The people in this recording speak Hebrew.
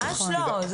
ממש לא.